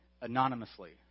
anonymously